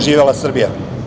Živela Srbija!